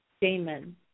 Damon